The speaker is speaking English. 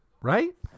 Right